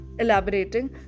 Elaborating